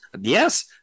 Yes